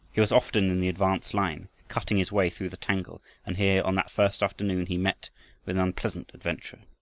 he was often in the advance line, cutting his way through the tangle, and here on that first afternoon he met with an unpleasant adventure.